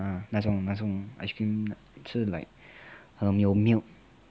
啊那种那种 ice cream 是 like 有 milk